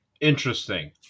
Interesting